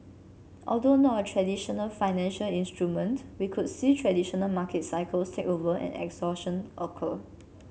although not a traditional financial instrument we could see traditional market cycles take over and exhaustion occur